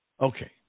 Okay